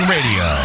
Radio